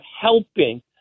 helping